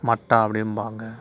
மட்டா அப்படிம்பாங்க